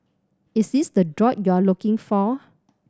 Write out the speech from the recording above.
is this the droid you're looking for